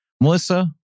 Melissa